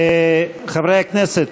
חברי הכנסת,